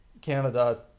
Canada